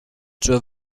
zur